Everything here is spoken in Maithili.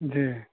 जी